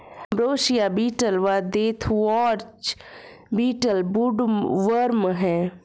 ambrosia beetle व deathwatch beetle woodworm हैं